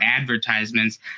advertisements